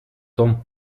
том